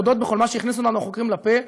להודות בכל מה שהכניסו לנו החוקרים לפה,